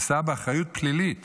יישא באחריות פלילית